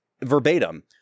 verbatim